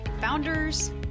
Founders